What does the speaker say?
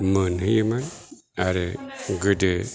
मोनहोयोमोन आरो गोदो